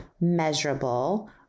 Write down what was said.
measurable